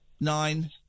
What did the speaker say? Nine